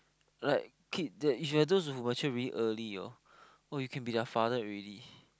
like kid that mature very early orh !wah! you can be their father already